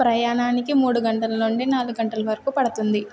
ప్రయాణానికి మూడు గంటల నుండి నాలుగు గంటల్ వరకు పడుతుంది